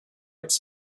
its